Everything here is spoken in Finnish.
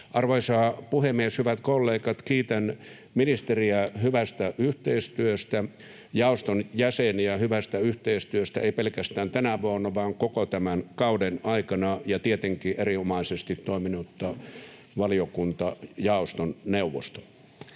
Arvoisa puhemies! Hyvät kollegat! Kiitän ministeriä hyvästä yhteistyöstä, jaoston jäseniä hyvästä yhteistyöstä ei pelkästään tänä vuonna vaan koko tämän kauden aikana ja tietenkin erinomaisesti toiminutta valiokuntajaoston neuvosta.